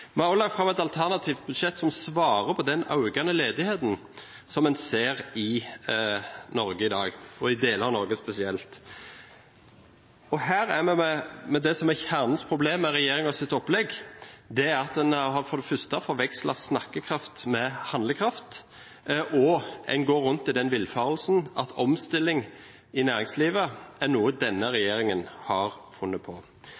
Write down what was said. har også lagt fram et alternativt budsjett som svarer på den økende ledigheten som en ser i Norge i dag, og i deler av Norge spesielt. Og her er vi ved det som er kjerneproblemene i regjeringens opplegg. Det er at en for det første har forvekslet snakkekraft med handlekraft, og en går rundt i den villfarelse at omstilling i næringslivet er noe denne regjeringen har funnet på.